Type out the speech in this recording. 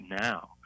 now